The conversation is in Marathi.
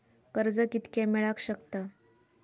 कर्ज कितक्या मेलाक शकता?